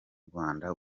rwanda